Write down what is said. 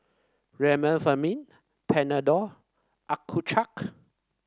Remifemin Panadol Accucheck